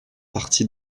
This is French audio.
partie